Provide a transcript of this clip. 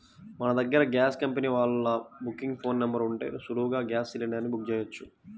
మన దగ్గర gas company వాళ్ళ బుకింగ్ ఫోన్ నెంబర్ ఉంటే సులువుగా గ్యాస్ సిలిండర్ ని బుక్ చెయ్యొచ్చు